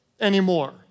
Anymore